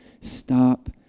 Stop